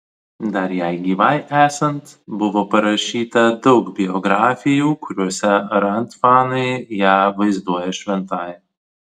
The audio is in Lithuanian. dar jai gyvai esant buvo parašyta daug biografijų kuriose rand fanai ją vaizduoja šventąja